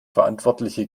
verantwortliche